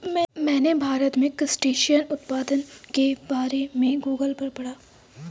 मैंने भारत में क्रस्टेशियन उत्पादन के बारे में गूगल पर पढ़ा